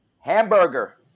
hamburger